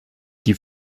die